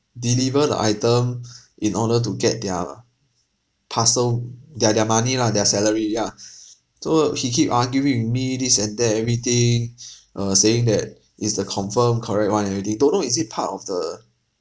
deliver the item in order to get their parcel their their money lah their salary yeah so he keep arguing with me this and that everything uh saying that it's the confirm correct one everything don't know is it part of the